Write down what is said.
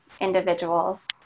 individuals